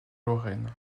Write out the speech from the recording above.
lorraine